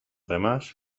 demás